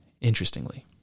interestingly